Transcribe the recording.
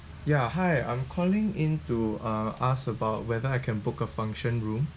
yeah hi I'm calling into uh ask about whether I can book a function room